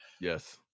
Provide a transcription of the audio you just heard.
Yes